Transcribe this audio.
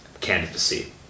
candidacy